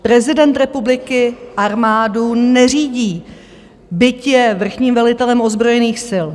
Prezident republiky armádu neřídí, byť je vrchním velitelem ozbrojených sil.